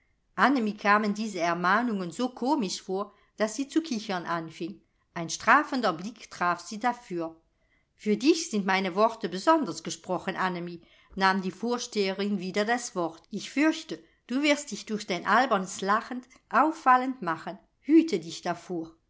annemie kamen diese ermahnungen so komisch vor daß sie zu kichern anfing ein strafender blick traf sie dafür für dich sind meine worte besonders gesprochen annemie nahm die vorsteherin wieder das wort ich fürchte du wirst dich durch dein albernes lachen auffallend machen hüte dich